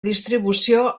distribució